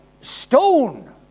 stone